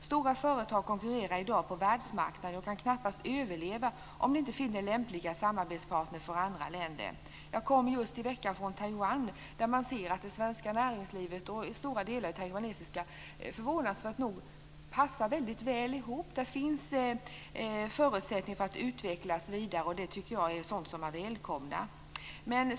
Stora företag konkurrerar i dag på världsmarknaden och kan knappast överleva om de inte finner lämpliga samarbetspartner från andra länder. Jag kom nu i veckan från Taiwan, där man ser att det svenska näringslivet och stora delar av det taiwanesiska näringslivet förvånansvärt nog passar väl ihop. Det finns förutsättningar för att utvecklas vidare, och jag tycker att det är sådant som man välkomnar.